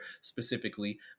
specifically